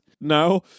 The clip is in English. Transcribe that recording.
No